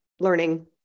learning